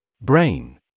Brain